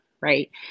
right